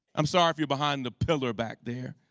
i'm sorry if you're behind the pillar back there.